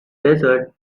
desert